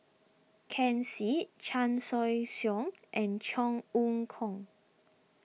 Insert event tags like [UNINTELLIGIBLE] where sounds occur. Ken Seet Chan Choy Siong and Cheong [UNINTELLIGIBLE] Kong